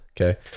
Okay